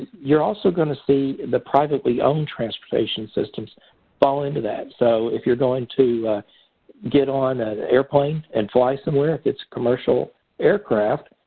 you're also going to see the privately-owned transportation systems fall into that. so, if you're going to get on an airplane and fly somewhere, if it's commercial aircraft,